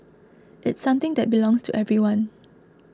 it's something that belongs to everyone